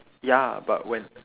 ya but when